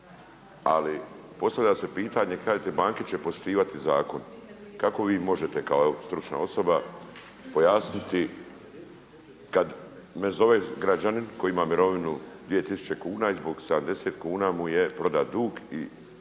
Ali postavlja se pitanje, kažete banke će poštivati zakon. Kako vi možete kao stručna osoba pojasniti kad me zove građanin koji ima mirovinu 2000 kuna i zbog 70 kuna mu je prodat dug u